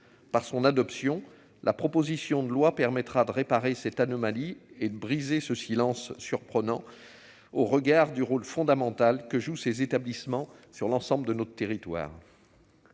Par son adoption, la proposition de loi permettra de réparer cette anomalie et de briser ce silence surprenant au regard du rôle fondamental que jouent ces établissements sur l'ensemble du territoire.